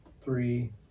three